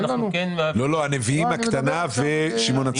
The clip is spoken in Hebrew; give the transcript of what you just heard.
הנביאים הקטנה ושמעון הצדיק.